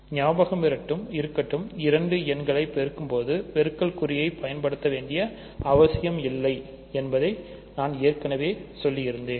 ஞாபகம் இருக்கட்டும் இரண்டு எண்களை பெருக்கும்போது பெருக்கல் குறியை பயன்படுத்த வேண்டிய அவசியமில்லை என்பதை நான் ஏற்கனவே சொல்லியிருக்கிறேன்